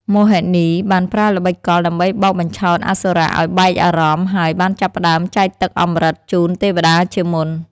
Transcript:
មោហិនីបានប្រើល្បិចកលដើម្បីបោកបញ្ឆោតអសុរៈឱ្យបែកអារម្មណ៍ ហើយបានចាប់ផ្ដើមចែកទឹកអម្រឹតជូនទេវតាជាមុន។